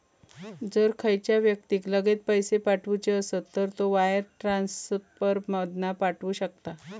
जर खयच्या व्यक्तिक लगेच पैशे पाठवुचे असत तर तो वायर ट्रांसफर मधना पाठवु शकता